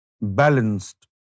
balanced